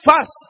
first